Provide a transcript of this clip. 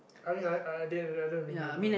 only I didn't I don't remember